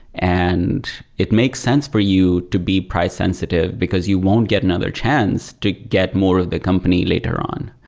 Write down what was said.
and it makes sense for you to be price-sensitive, because you won't get another chance to get more of the company later on.